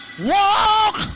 Walk